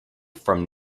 from